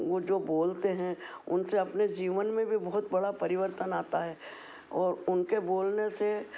वो जो बोलते हैं उनसे अपने जीवन में भी बहुत बड़ा परिवर्तन आता है और उनके बोलने से